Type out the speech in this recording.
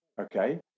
Okay